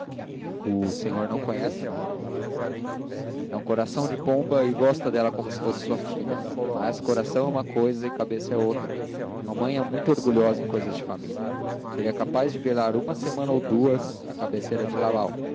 o senhor não conhece mamãe e um coração de pomba e gosta dela como se fosse sua filha mas coração é uma cousa e cabeça é outra mamãe é muito orgulhosa em cousas de família seria capaz de velar uma semana ou duas à cabeceira de lalau se